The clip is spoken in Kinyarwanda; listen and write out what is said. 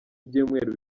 byumweru